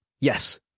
Yes